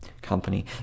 company